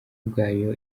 ubwayo